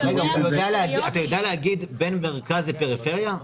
אתה יודע להגיד בין מרכז לפריפריה?